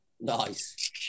Nice